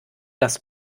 das